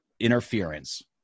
interference